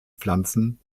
pflanzen